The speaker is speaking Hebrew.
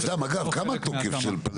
זה לא חלק מהתמ"א.